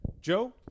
Joe